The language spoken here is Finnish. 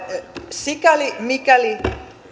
sikäli mikäli